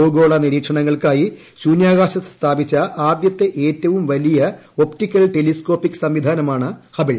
ഭൂഗോള നിരീക്ഷണങ്ങൾക്കായി ശൂന്യാകാശത്ത് സ്ഥാപിച്ച ആദ്യത്തെ ഏറ്റവും വലിയ ഒപ്റ്റിക്കൽ ടെലിസ്കോപിക് സംവിധാനമാണ് ഹബിൾ